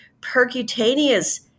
percutaneous